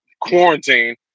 quarantine